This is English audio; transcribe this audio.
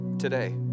today